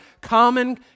common